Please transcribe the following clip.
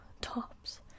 tops